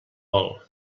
vol